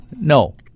No